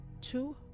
two